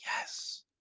yes